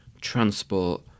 transport